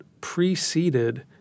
preceded